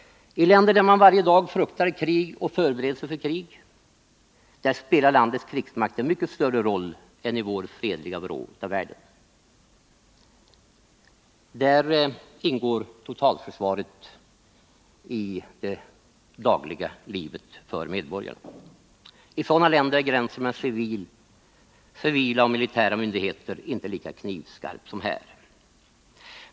I länder där man varje dag fruktar krig och förbereder sig för krig spelar landets krigsmakt en mycket större roll än i vår fredliga vrå av världen. Där ingår totalförsvaret i det dagliga livet för medborgarna. I sådana länder är gränsen mellan civila och militära myndigheter inte lika knivskarp som här.